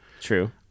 True